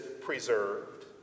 preserved